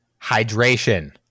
hydration